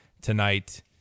tonight